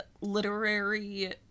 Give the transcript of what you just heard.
literary